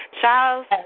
Charles